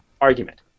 argument